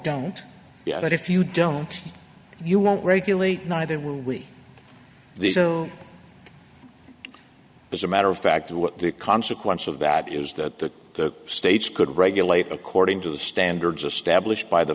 don't but if you don't you won't regulate neither we the as a matter of fact what the consequence of that is that the states could regulate according to the standards established by the